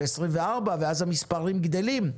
ו-2024 ואז המספרים גדלים,